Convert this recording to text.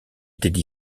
étaient